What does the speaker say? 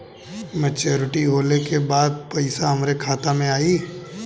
Maturity होले के बाद पैसा हमरे खाता में आई?